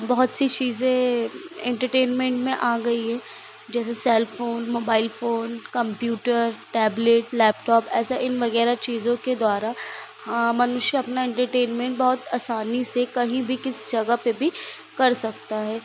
बहुत सी चीज़ें एंटरटेनमेंट में आ गई हैं जैसे cellphone mobile phone computer tablet laptop ऐसा इन वगैरह चीज़ों के द्वारा मनुष्य अपना एंटरटेनमेंट बहुत आसानी से कहीं भी किस जगह पर भी कर सकता है